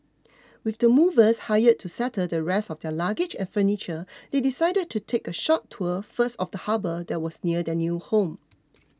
with the movers hired to settle the rest of their luggage and furniture they decided to take a short tour first of the harbour that was near their new home